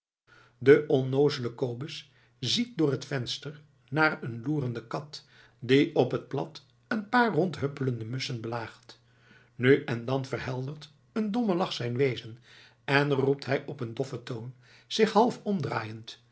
de onnoozele kobus ziet door het venster naar een loerende kat die op het plat een paar rondhuppelende musschen belaagt nu en dan verheldert een domme lach zijn wezen en roept hij op een doffen toon zich half omdraaiend